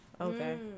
Okay